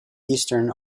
eastern